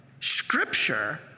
Scripture